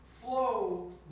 flow